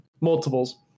multiples